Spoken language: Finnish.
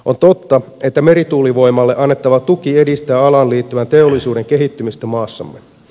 on totta että merituulivoimalle annettava tuki edistää alaan liittyvän teollisuuden kehittymistä maassamme